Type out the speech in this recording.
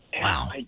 Wow